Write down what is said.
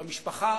במשפחה,